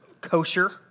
kosher